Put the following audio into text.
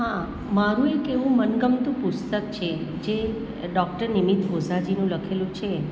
હા મારું એક એવું મનગમતું પુસ્તક છે જે ડૉક્ટર નિમિત્ત ઓઝાજીનું લખેલું છે